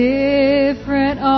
different